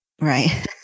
Right